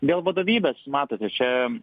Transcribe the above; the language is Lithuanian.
dėl vadovybės matote čia